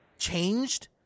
Changed